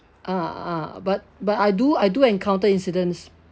ah ah but but I do I do encounter incidents